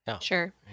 Sure